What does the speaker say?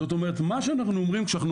זאת אומרת מה שאנחנו אומרים כשאנחנו